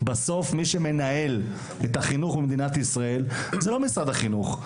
בסוף מי שמנהל את החינוך במדינת ישראל זה לא משרד החינוך.